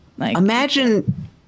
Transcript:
Imagine